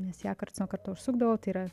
nes į ją karts nuo karto užsukdavau tai yra